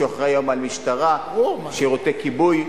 שאחראי היום למשטרה ולשירותי כיבוי,